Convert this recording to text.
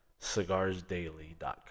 cigarsdaily.com